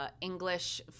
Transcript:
English